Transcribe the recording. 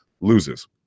loses